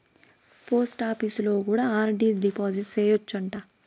పోస్టాపీసులో కూడా R D deposit సేయచ్చు అంట